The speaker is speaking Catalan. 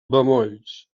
bemolls